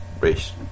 race